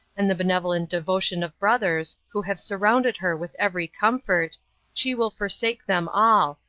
and the benevolent devotion of brothers, who have surrounded her with every comfort she will forsake them all,